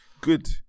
good